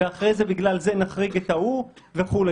ואחרי זה בגלל זה נחריג את ההוא וכדומה.